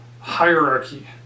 hierarchy